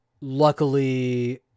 Luckily